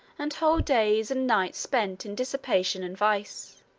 and whole days and nights spent in dissipation and vice.